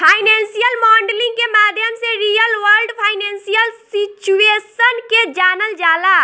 financial modelling के माध्यम से रियल वर्ल्ड फाइनेंशियल सिचुएशन के जानल जाला